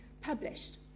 published